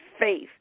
faith